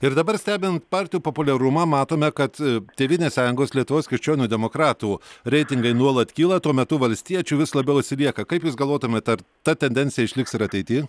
ir dabar stebint partijų populiarumą matome kad tėvynės sąjungos lietuvos krikščionių demokratų reitingai nuolat kyla tuo metu valstiečių vis labiau atsilieka kaip jūs galvotumėt ar ta tendencija išliks ir ateity